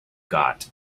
got